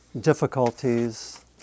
difficulties